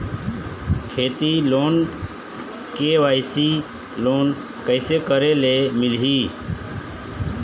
खेती loan KYC loan कइसे करे ले मिलही?